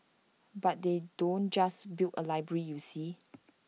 but they don't just build A library you see